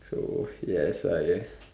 so yes I